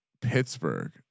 Pittsburgh